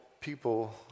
people